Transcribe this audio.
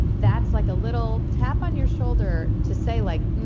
that's like a little tap on your shoulder to say like,